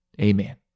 Amen